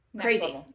crazy